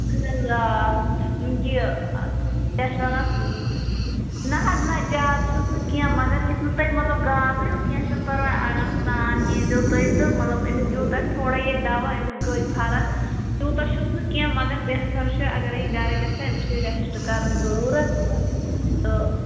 اَہَن حظ آ یہِ کیٛاہ چھِ وَنان نَہ حظ نَہ زیادٕ چھُس نہٕ کیٚنٛہہ مگر یُتھ نہٕ تُہۍ مطلب گابرِو کیٚنٛہہ چھُنہٕ پَرواے آرام سان یی زیو تُہۍ تہٕ مطلب أمِس دیُت اَسہِ تھوڑا ییٚتہِ دوا أمِس گٔے فرق تیوٗتاہ چھُس نہٕ کیٚنٛہہ مگر بہتَر چھُ اَگرَے یہِ گَرٕ گژھِہا أمِس چھِ رٮ۪سٹ کَرنٕچ ضٔروٗرَت تہٕ